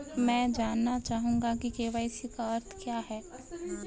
मैं जानना चाहूंगा कि के.वाई.सी का अर्थ क्या है?